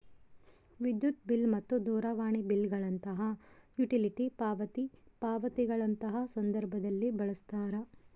ವಿದ್ಯುತ್ ಬಿಲ್ ಮತ್ತು ದೂರವಾಣಿ ಬಿಲ್ ಗಳಂತಹ ಯುಟಿಲಿಟಿ ಪಾವತಿ ಪಾವತಿಗಳಂತಹ ಸಂದರ್ಭದಲ್ಲಿ ಬಳಸ್ತಾರ